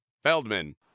feldman